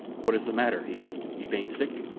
what is the matter? he asked. you ban sick?